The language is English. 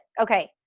okay